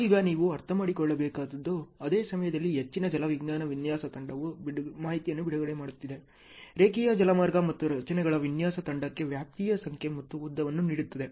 ಈಗ ನೀವು ಅರ್ಥಮಾಡಿಕೊಳ್ಳಬೇಕಾದದ್ದು ಅದೇ ಸಮಯದಲ್ಲಿ ಹೆಚ್ಚಿನ ಜಲವಿಜ್ಞಾನ ವಿನ್ಯಾಸ ತಂಡವು ಮಾಹಿತಿಯನ್ನು ಬಿಡುಗಡೆ ಮಾಡುತ್ತಿದೆ ರೇಖೀಯ ಜಲಮಾರ್ಗ ಮತ್ತು ರಚನೆಗಳ ವಿನ್ಯಾಸ ತಂಡಕ್ಕೆ ವ್ಯಾಪ್ತಿಯ ಸಂಖ್ಯೆ ಮತ್ತು ಉದ್ದವನ್ನು ನೀಡುತ್ತದೆ